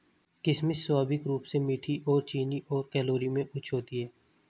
किशमिश स्वाभाविक रूप से मीठी और चीनी और कैलोरी में उच्च होती है